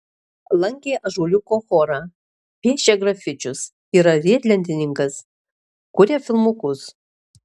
lankė ąžuoliuko chorą piešia grafičius yra riedlentininkas kuria filmukus